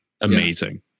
amazing